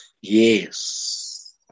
Yes